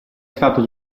stato